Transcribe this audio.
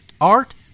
art